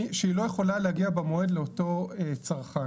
שהיא לא יכולה להגיע במועד לאותו צרכן.